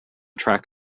track